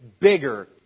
bigger